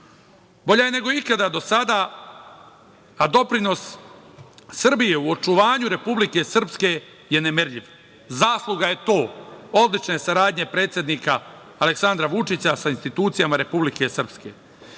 bolja je nego ikada do sada, a doprinos Srbije u očuvanju Republike Srpske je nemerljiv“. Zasluga je to, odlična je saradnja predsednika Aleksandra Vučića sa institucijama Republike Srpske.